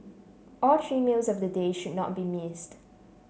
all three meals of the day should not be missed